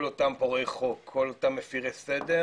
כל אותם פורעי חוק, מפרי סדר